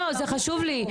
זה חשוב לי.